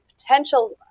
potential